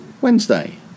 Wednesday